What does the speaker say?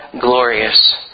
glorious